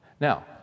Now